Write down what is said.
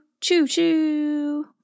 choo-choo